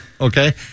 okay